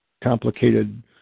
complicated